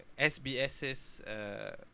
SBSS